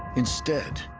instead,